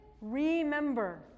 remember